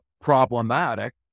problematic